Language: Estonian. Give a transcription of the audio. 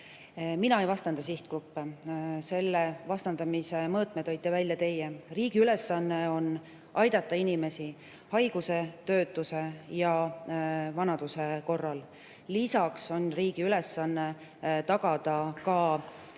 Mina ei vastanda sihtgruppe, selle vastandamise mõõtme tõite välja teie. Riigi ülesanne on aidata inimesi haiguse, töötuse ja vanaduse korral. Lisaks on riigi ülesanne tagada